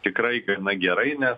tikrai gana gerai nes